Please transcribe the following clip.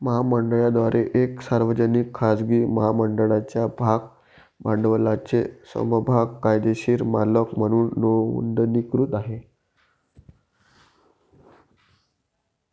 महामंडळाद्वारे एक सार्वजनिक, खाजगी महामंडळाच्या भाग भांडवलाचे समभाग कायदेशीर मालक म्हणून नोंदणीकृत आहे